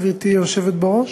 גברתי היושבת-ראש,